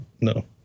no